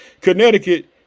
Connecticut